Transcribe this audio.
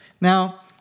Now